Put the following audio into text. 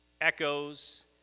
echoes